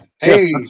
Hey